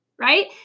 right